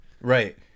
Right